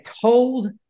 told